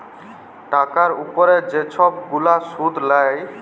টাকার উপরে যে ছব গুলা সুদ লেয়